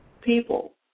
people